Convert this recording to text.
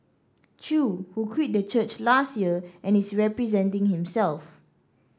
Chew who quit the church last year and is representing himself